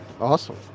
Awesome